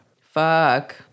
fuck